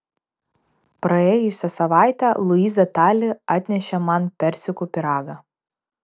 praėjusią savaitę luiza tali atnešė man persikų pyragą